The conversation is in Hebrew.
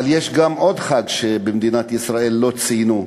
אבל יש גם עוד חג שבמדינת ישראל לא ציינו,